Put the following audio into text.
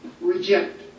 reject